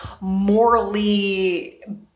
morally